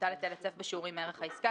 מוטל היטל היצף בשיעורים מערך העסקה,